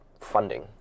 funding